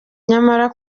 nyamara